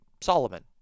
Solomon